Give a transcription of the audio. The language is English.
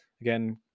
again